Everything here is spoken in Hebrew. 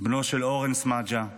בנו של אורן סמדג'ה,